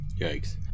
Yikes